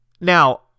Now